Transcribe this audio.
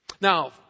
Now